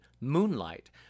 Moonlight